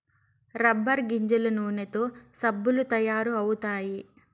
rubber గింజల నూనెతో సబ్బులు తయారు అవుతాయి